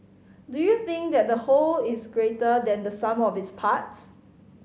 do you think that the whole is greater than the sum of its parts